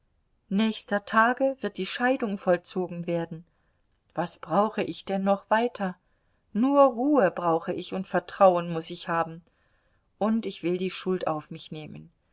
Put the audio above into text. nächster tage wird die scheidung vollzogen werden was brauche ich denn noch weiter nur ruhe brauche ich und vertrauen muß ich haben und ich will die schuld auf mich nehmen